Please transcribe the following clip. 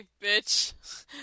bitch